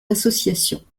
associations